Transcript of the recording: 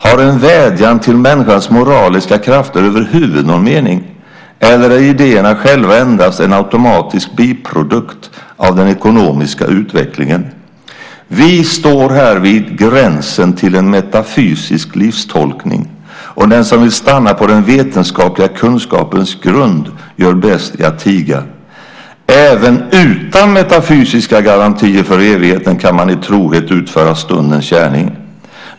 Har en vädjan till människans moraliska krafter överhuvud någon mening, eller är idéerna själva endast en automatisk biprodukt av den ekonomiska utvecklingen? Vi står här vid gränsen till en metafysisk livstolkning, och den som vill stanna på den vetenskapliga kunskapens grund gör bäst i att tiga. Även utan metafysiska garantier för evigheten kan man i trohet utföra stundens gärning.